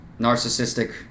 narcissistic